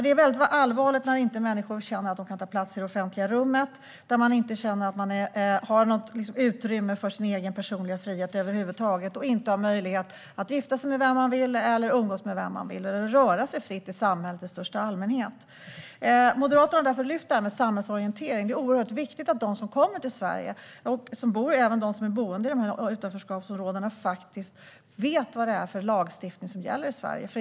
Det är väldigt allvarligt när människor känner att de inte kan ta plats i det offentliga rummet, att de inte har något utrymme för sin egen personliga frihet över huvud taget och inte möjlighet att gifta sig med vem de vill, umgås med vem de vill eller röra sig fritt i samhället i största allmänhet. Moderaterna har därför lyft det här med samhällsorientering. Det är oerhört viktigt att de som kommer till Sverige och även de som bor i utanförskapsområdena vet vad det är för lagstiftning som gäller i Sverige.